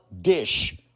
dish